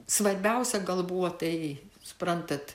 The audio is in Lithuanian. svarbiausia gal buvo tai suprantat